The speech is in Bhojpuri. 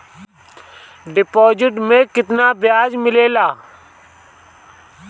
डिपॉजिट मे केतना बयाज मिलेला?